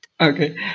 Okay